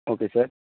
okay sir